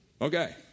okay